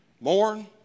mourn